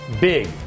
big